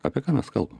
apie ką mes kalbam